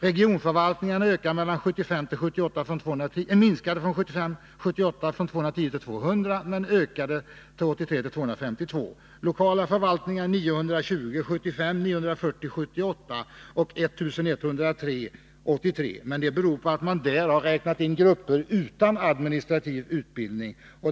Regionförvaltningen har från 1975 till 1978 minskat från 210 till 200 men ökade 1983 till 252. Beträffande de lokala förvaltningarna var siffrorna 920 för 1975, 940 för 1978 och 1 103 för 1983. Den ökningen beror på att man har räknat in även grupper utan administrativ kurs.